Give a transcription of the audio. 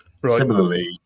Similarly